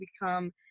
become